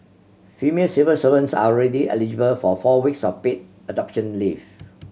female civil servants are already eligible for four weeks of paid adoption leave